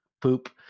poop